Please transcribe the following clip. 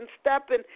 stepping